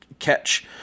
catch